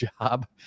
job